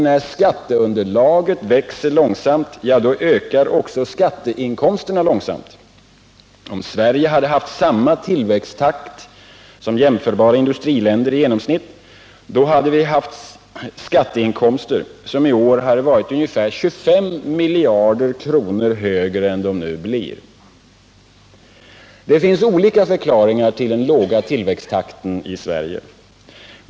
När skatteunderlaget växer långsamt, ja då ökar också skatteinkomsterna långsamt. Om Sverige hade haft samma tillväxttakt som jämförbara industriländer i genomsnitt, hade vi haft skatteinkomster som i år varit ca 25 miljarder kronor högre än de nu blir. Det finns olika förklaringar till den låga tillväxttakten i Sverige.